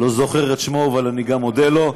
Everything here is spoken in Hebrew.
לא זוכר את שמו, אבל אני מודה גם לו.